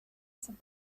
said